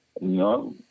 No